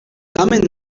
tamen